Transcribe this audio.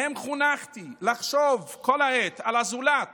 מהם חונכתי לחשוב כל העת על הזולת